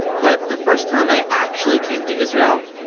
but the first time i actually came to israel,